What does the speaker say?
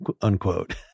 unquote